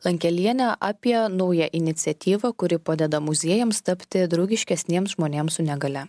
lankelienė apie naują iniciatyvą kuri padeda muziejams tapti draugiškesniems žmonėms su negalia